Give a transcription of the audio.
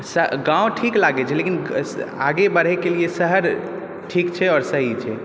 गाँव ठीक लागै छै लेकिन आगे बढ़ैके लिए शहर ठीक छै आओर सही छै